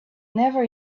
never